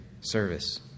service